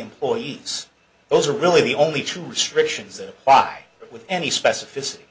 employees those are really the only two restrictions that by with any specificity